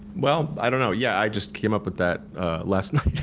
well i don't know yeah, i just came up with that last night,